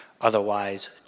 otherwise